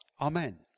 Amen